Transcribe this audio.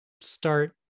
start